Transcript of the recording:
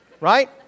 right